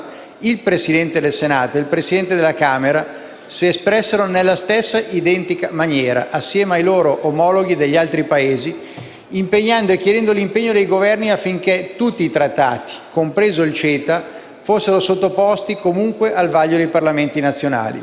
il Presidente del Senato e il Presidente della Camera si espressero nella stessa identica maniera, insieme ai loro omologhi degli altri Paesi, chiedendo l'impegno dei Governi affinché tutti i trattati, compreso il CETA, fossero sottoposti comunque al vaglio dei Parlamenti nazionali.